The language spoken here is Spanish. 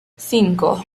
cinco